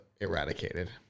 eradicated